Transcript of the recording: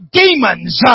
demons